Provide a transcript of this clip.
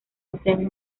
poseen